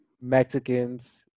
Mexicans